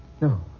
No